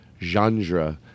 genre